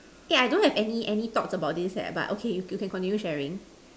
eh I don't have any any thoughts about this eh but okay you you can continue sharing